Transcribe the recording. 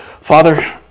Father